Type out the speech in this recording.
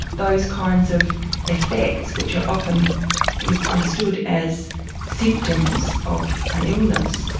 those kinds of effects which are often misunderstood as symptoms of an illness,